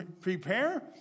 Prepare